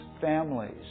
families